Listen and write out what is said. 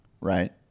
right